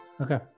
Okay